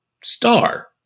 star